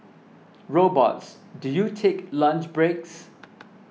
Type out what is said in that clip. robots do you take lunch breaks